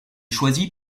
choisi